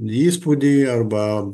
įspūdį arba